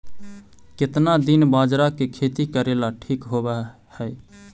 केतना दिन बाजरा के खेती करेला ठिक होवहइ?